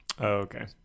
Okay